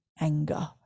anger